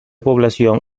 población